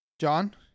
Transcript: John